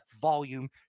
volume